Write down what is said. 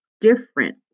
different